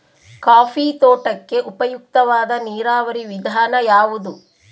Coffee ತೋಟಕ್ಕೆ ಉಪಯುಕ್ತವಾದ ನೇರಾವರಿ ವಿಧಾನ ಯಾವುದು?